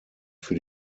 für